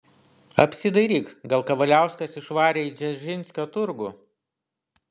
apsidairyk gal kavaliauskas išvarė į dzeržinskio turgų